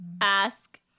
Ask